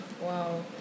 wow